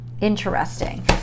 Interesting